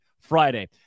Friday